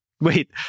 Wait